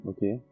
Okay